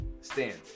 stand